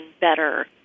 better